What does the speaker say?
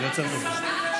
אני עוצר את הזמן.